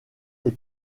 les